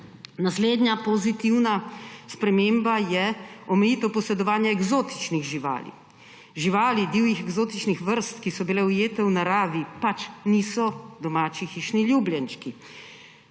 Naslednja pozitivna sprememba je omejitev posedovanja eksotičnih živali. Živali divjih eksotičnih vrst, ki so bile ujete v naravi, pač niso domači hišni ljubljenčki.